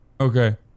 okay